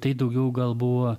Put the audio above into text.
tai daugiau gal buvo